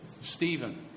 Stephen